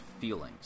feelings